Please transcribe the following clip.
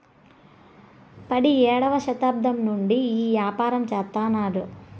పడియేడవ శతాబ్దం నుండి ఈ యాపారం చెత్తన్నారు